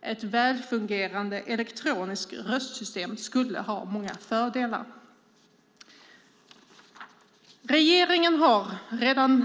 Ett välfungerande elektroniskt röstsystem skulle ha många fördelar. Regeringen har redan